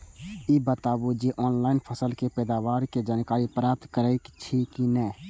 ई बताउ जे ऑनलाइन फसल के पैदावार के जानकारी प्राप्त करेत छिए की नेय?